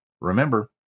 remember